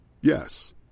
Yes